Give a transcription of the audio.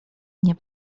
nie